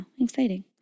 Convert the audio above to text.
exciting